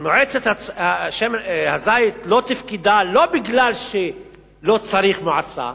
שמועצת הזית לא תפקדה לא משום שלא צריך מועצה,